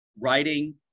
writing